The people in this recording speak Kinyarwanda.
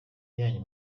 yanyu